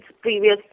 previous